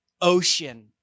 Ocean